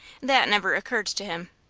that never occurred to him.